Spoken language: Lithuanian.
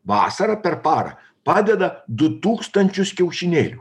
vasarą per parą padeda du tūkstančius kiaušinėlių